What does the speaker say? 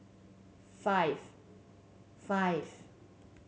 five five